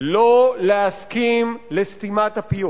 לא להסכים לסתימת הפיות.